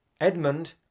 Edmund